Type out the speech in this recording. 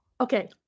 Okay